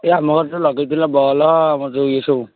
ଇଏ ଆମ ଘରଟି ଲଗାଇଥିଲ ବଲ୍ ଆମର ଯେଉଁ ଇଏ ସବୁ